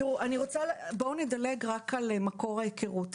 בואו נדלג רק אל מקור ההיכרות.